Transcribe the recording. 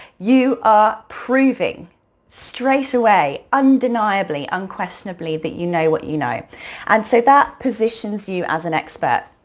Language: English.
you are proving straight away, undeniably, unquestionably that you know what you know and so that positions you as an expert.